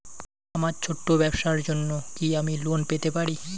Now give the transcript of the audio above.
আমার ছোট্ট ব্যাবসার জন্য কি আমি লোন পেতে পারি?